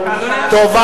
בעד,